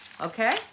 Okay